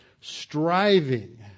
striving